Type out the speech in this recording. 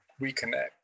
reconnect